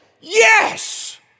Yes